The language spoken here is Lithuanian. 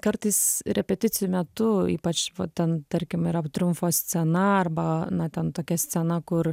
kartais repeticijų metu ypač va ten tarkim yra triumfo scena arba na ten tokia scena kur